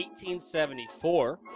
1874